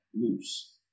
loose